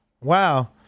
Wow